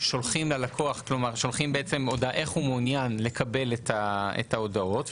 שולחים הודעה ושואלים איך הוא מעוניין לקבל את ההודעות,